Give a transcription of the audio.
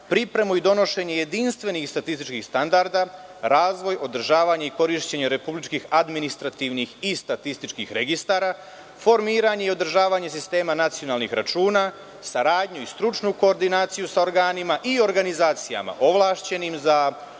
pripremu i donošenje jedinstvenih statističkih standarda; razvoj, održavanje i korišćenje republičkih administrativnih i statističkih registara; formiranje i održavanje sistema nacionalnih računa; saradnju i stručnu koordinaciju sa organima i organizacijamaovlašćenim za